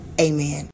amen